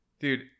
dude